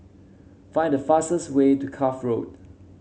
find the fastest way to Cuff Road